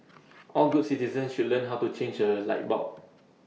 all good citizens should learn how to change A light bulb